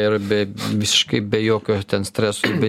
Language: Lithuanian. ir be visiškai be jokio streso be